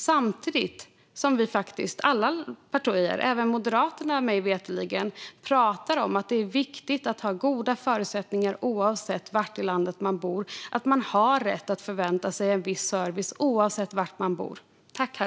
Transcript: Samtidigt pratar alla partier, mig veterligen även Moderaterna, om att det är viktigt att ha goda förutsättningar och att man har rätt att förvänta sig en viss service oavsett var i landet man bor.